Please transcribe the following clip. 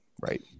Right